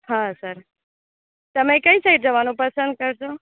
હા સર તમે કઈ સાઈડ જવાનું પસંદ કરશો